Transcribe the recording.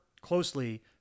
closely